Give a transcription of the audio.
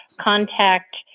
contact